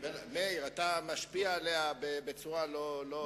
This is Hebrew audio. אתה משפיע עליה בצורה לא נאותה.